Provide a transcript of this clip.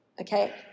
okay